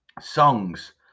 songs